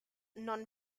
non